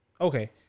Okay